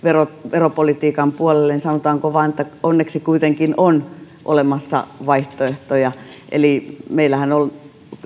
veropolitiikan puolelle niin sanotaanko vain että onneksi kuitenkin on olemassa vaihtoehtoja eli meillähän on